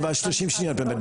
בבקשה.